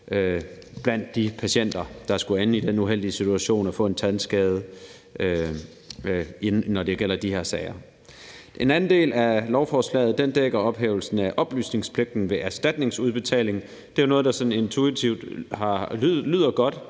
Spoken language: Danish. blandt de patienter, der skulle ende i den uheldige situation at få en tandskade i den her slags sager. En andel af lovforslaget dækker ophævelsen af oplysningspligten ved erstatningsudbetaling. Det er noget, der sådan intuitivt lyder godt,